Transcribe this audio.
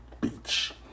Beach